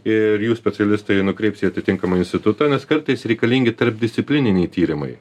ir jų specialistai nukreips į atitinkamą institutą nes kartais reikalingi tarpdisciplininiai tyrimai